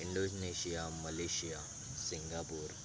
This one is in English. Indonesia Malaysia Singapore